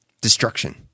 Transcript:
destruction